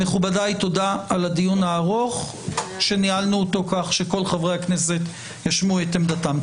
תודה על הדיון הארוך שניהלנו אותו כך שכל חברי הכנסת ישמיעו את עמדתם.